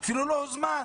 אפילו לא הוזמן.